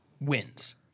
wins